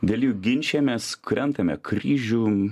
dėl jų ginčijamės krentame kryžium